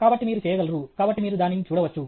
కాబట్టి మీరు చేయగలరు కాబట్టి మీరు దానిని చూడవచ్చు